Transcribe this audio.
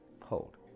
hold